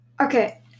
Okay